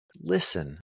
listen